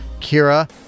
Kira